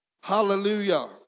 Hallelujah